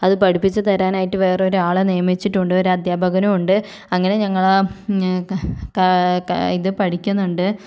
അത് പഠിപ്പിച്ച് തരാനായിട്ടു വേറെ ഒരാളെ നിയമിച്ചിട്ടുണ്ട് ഒരു അധ്യാപകനുമുണ്ട് അങ്ങനെ ഞങ്ങൾ ആ കാ കാ ഇതു പഠിക്കുന്നുണ്ട്